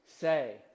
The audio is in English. say